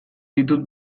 ditut